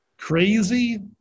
Crazy